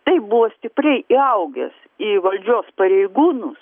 taip buvo stipriai įaugęs į valdžios pareigūnus